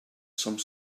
some